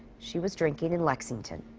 she was drinking in lexington.